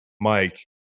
Mike